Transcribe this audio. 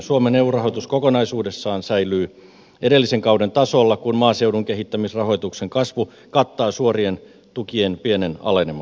suomen eu rahoitus kokonaisuudessaan säilyy edellisen kauden tasolla kun maaseudun kehittämisrahoituksen kasvu kattaa suorien tukien pienen aleneman